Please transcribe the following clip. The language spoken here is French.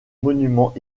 monuments